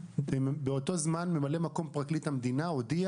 באותו זמן ממלא מקום פרקליט המדינה הודיע